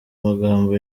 magambo